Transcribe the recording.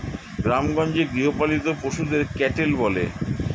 গ্রামেগঞ্জে গৃহপালিত পশুদের ক্যাটেল বলে